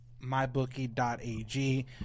mybookie.ag